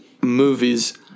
movies